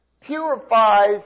purifies